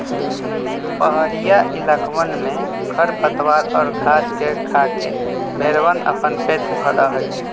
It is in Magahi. पहड़ीया इलाकवन में खरपतवार और घास के खाके भेंड़वन अपन पेट भरा हई